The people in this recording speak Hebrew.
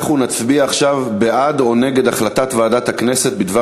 אנחנו נצביע עכשיו בעד או נגד החלטת ועדת הכנסת בדבר